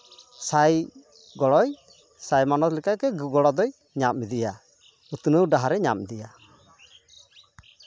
ᱥᱟᱭ ᱜᱚᱲᱚᱭ ᱥᱟᱭ ᱢᱟᱱᱚ ᱞᱮᱠᱟ ᱜᱮ ᱜᱚᱲᱚ ᱫᱚᱭ ᱧᱟᱢ ᱤᱫᱤᱭᱟ ᱩᱛᱱᱟᱹᱣ ᱰᱟᱦᱟᱨᱮ ᱧᱟᱢ ᱤᱫᱤᱭᱟ